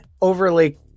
overly